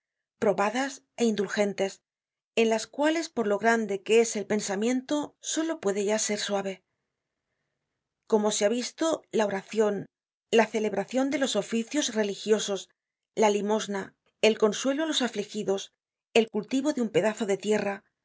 probadas é indulgentes en las cuales por lo grande que es el pensamiento solo puede ya ser suave como se ha visto la oracion la celebracion de los oficios religiosos la limosna el consuelo á los afligidos el cultivo de un pedazo de tierra